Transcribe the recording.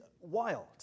wild